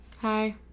Hi